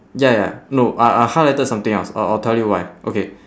ya ya no I I highlighted something else I'll I'll tell you why okay